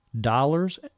dollars